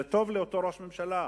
זה טוב לאותו ראש ממשלה,